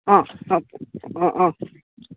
ହଁ ହଁ ହଁ ହଁ